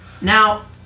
now